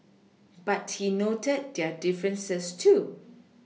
but he noted their differences too